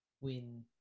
win